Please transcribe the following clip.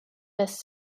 this